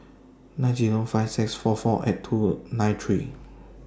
nine Zero five six four four eight two nine three